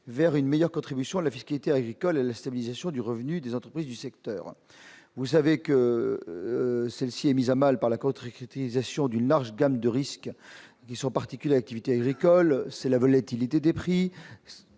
vers une meilleure contribution à la fiscalité agricole la stabilisation du revenu des entreprises du secteur, vous savez que celle-ci est mise à mal par la coterie qui était station d'une large gamme de risque sont particules activités agricoles, c'est la volatilité des prix,